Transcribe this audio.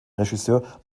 regisseur